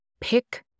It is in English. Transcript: Pick